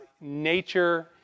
nature